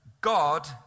God